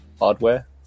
hardware